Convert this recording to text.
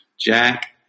Jack